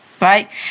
right